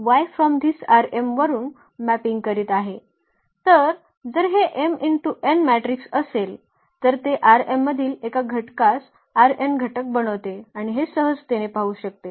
तर जर हे m×n मॅट्रिक्स असेल तर ते मधील एका घटकास घटक बनवते आणि हे सहजतेने पाहू शकते